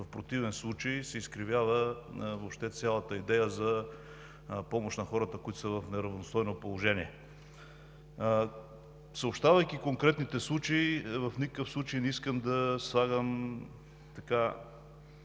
В противен случай се изкривява въобще цялата идея за помощ на хората, които са в неравностойно положение. Съобщавайки конкретните случаи, в никакъв случай не искам да слагам лош